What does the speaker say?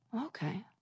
Okay